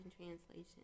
translation